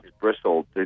bristled